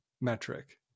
metric